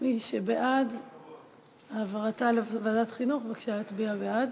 מי שבעד העברתה לוועדת החינוך בבקשה יצביע בעד.